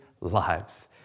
lives